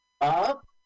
Up